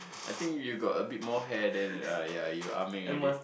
I think you've got a bit more hair then ah yeah you Ah-Meng already